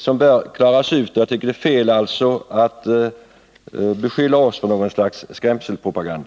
Jag tycker alltså att det är fel att beskylla oss för att bedriva något slags skrämselpropaganda.